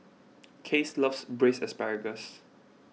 Case loves Braised Asparagus